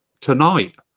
Tonight